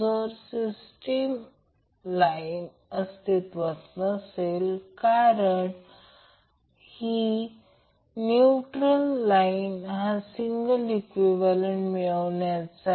आणि line to line voltage √3फेज voltage असेल